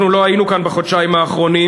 אנחנו לא היינו כאן בחודשיים האחרונים,